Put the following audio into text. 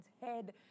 head